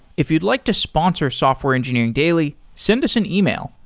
if you'd like to sponsor software engineering daily, send us an email,